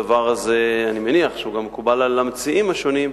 אני מניח שזה גם מקובל על המציעים השונים,